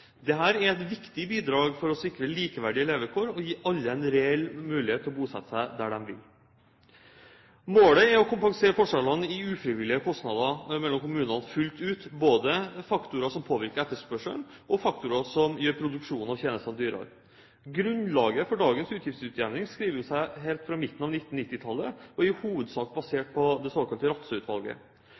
er et viktig bidrag for å sikre likeverdige levekår og gi alle en reell mulighet til å bosette seg der de vil. Målet er å kompensere forskjellene i ufrivillige kostnader mellom kommunene fullt ut, både faktorer som påvirker etterspørselen, og faktorer som gjør produksjonen av tjenester dyrere. Grunnlaget for dagens utgiftsutjevning skriver seg helt fra midten av 1990-tallet og er i hovedsak basert på det såkalte